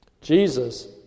Jesus